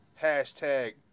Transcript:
Hashtag